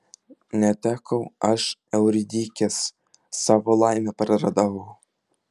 netekau aš euridikės savo laimę praradau